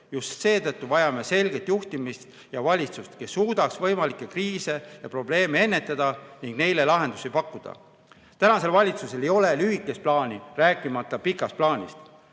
Just seetõttu vajame selget juhtimist ja valitsust, kes suudaks võimalikke kriise ja probleeme ennetada ning neile lahendusi pakkuda. Tänasel valitsusel ei ole lühikest plaani, rääkimata pikast plaanist.